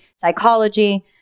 psychology